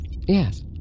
Yes